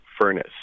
furnace